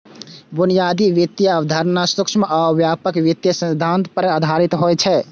बुनियादी वित्तीय अवधारणा सूक्ष्म आ व्यापक वित्तीय सिद्धांत पर आधारित होइ छै